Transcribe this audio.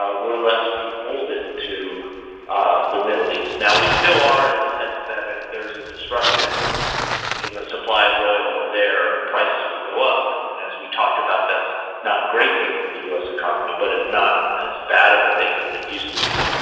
ah we're less beholden to ah the middle east. now, we still are in the sense that if there's a disruption in the supply of oil, their prices will go up. and as we talked about, that's not a great thing for the u s. economy, but it's not as bad of a thing as it used to be